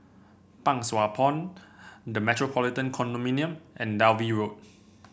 Pang Sua Pond The Metropolitan Condominium and Dalvey Road